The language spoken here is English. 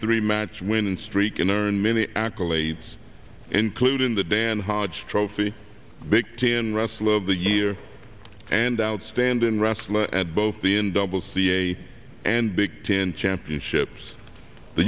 three match winning streak and earn many accolades including the dan harsh trophy big ten wrestler of the year and outstanding wrestler at both the in doubles the a and big ten championships the